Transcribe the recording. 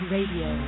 Radio